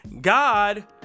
God